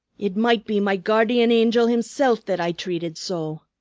it might be my guardian angel himsilf that i treated so!